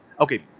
okay